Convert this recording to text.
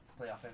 playoff